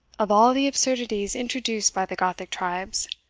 of all the absurdities introduced by the gothic tribes,